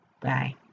Bye